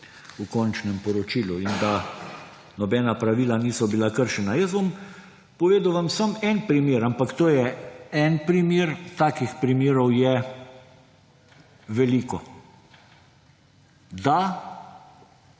v končnem poročilu. In da nobena pravila niso bila kršena. Povedal bom samo en primer, ampak to je en primer, takih primerov je veliko. Da